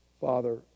Father